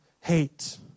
hate